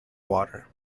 water